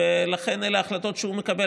ולכן אלה ההחלטות שהוא מקבל.